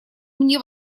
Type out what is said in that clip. мне